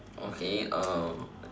okay uh